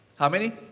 how many?